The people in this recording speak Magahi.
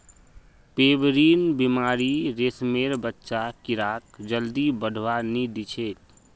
पेबरीन बीमारी रेशमेर बच्चा कीड़ाक जल्दी बढ़वा नी दिछेक